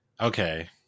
Okay